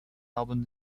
album